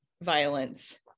violence